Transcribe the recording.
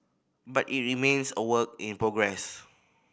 but it remains a work in progress